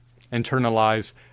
internalize